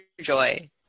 joy